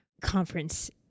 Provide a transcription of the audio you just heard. conference